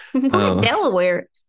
Delaware